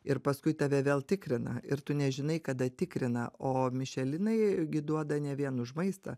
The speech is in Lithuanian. ir paskui tave vėl tikrina ir tu nežinai kada tikrina o mišelinai gi duoda ne vien už maistą